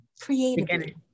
Creatively